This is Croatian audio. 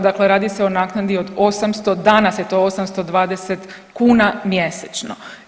Dakle radi se o naknadi od 800, danas je to 820 kuna mjesečno.